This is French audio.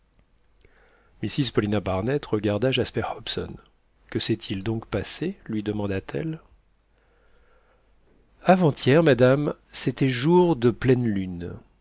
mrs paulina barnett regarda jasper hobson que s'est-il donc passé lui demanda-t-elle avant-hier madame c'était jour de pleine lune